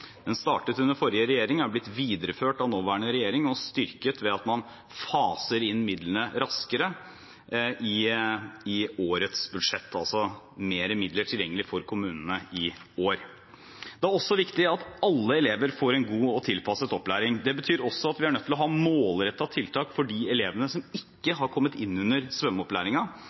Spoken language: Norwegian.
Den startet under forrige regjering, er blitt videreført av nåværende regjering og styrket ved at man faser inn midlene raskere i årets budsjett – det blir altså mer midler tilgjengelig for kommunene i år. Det er også viktig at alle elever får en god og tilpasset opplæring. Det betyr at vi må ha målrettede tiltak for de elevene som ikke